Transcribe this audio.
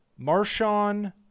Marshawn